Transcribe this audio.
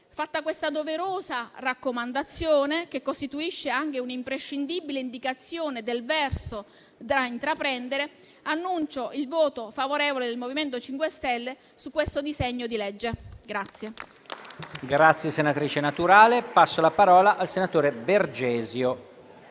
Fatta questa doverosa raccomandazione, che costituisce anche un'imprescindibile indicazione del verso da intraprendere, annuncio il voto favorevole del MoVimento 5 Stelle sul disegno di legge in